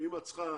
אם את צריכה